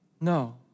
No